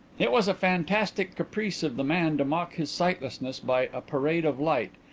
it was a fantastic caprice of the man to mock his sightlessness by a parade of light,